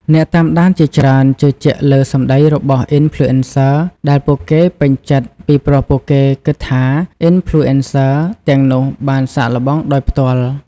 អ្នកតាមដានជាច្រើនជឿជាក់លើសម្ដីរបស់ អុីនផ្លូអេនសឹ ដែលពួកគេពេញចិត្ត ពីព្រោះពួកគេគិតថា អុីនផ្លូអេនសឹ ទាំងនោះបានសាកល្បងដោយផ្ទាល់។